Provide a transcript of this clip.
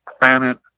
planet